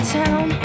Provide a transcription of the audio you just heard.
town